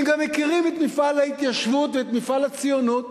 הם גם מכירים את מפעל ההתיישבות ואת מפעל הציונות,